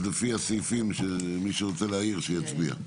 אז לפי הסעיפים מי שרוצה להעיר שיצביע.